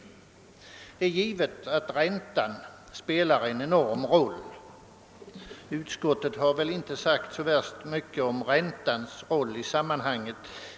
Det är givet att räntan spelar en enorm roll. Utskottet har inte sagt så mycket om räntans roll i sammanhanget.